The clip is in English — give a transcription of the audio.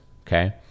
okay